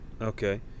Okay